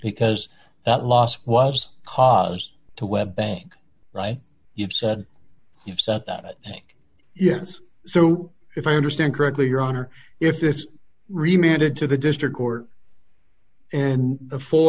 because that last wives cause to web bank right you've said you've said that i think yes so if i understand correctly your honor if this reminded to the district court and the f